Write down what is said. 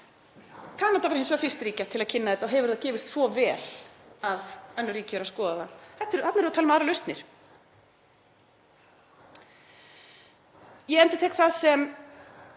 Kanada var hins vegar fyrst ríkja til að kynna þetta og hefur það gefist svo vel að önnur ríki eru að skoða þetta, eru farin að tala um aðrar lausnir. Ég endurtek það sem